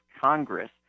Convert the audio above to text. Congress